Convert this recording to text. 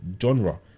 genre